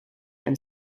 and